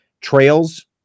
trails